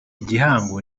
igihango